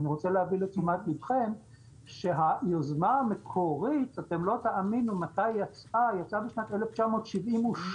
אני רוצה להביא לתשומת לבכם שהיוזמה המקורית יצאה בשנת 1972,